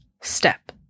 step